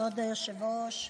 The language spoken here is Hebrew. כבוד היושב-ראש,